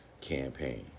campaign